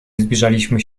zbliżaliśmy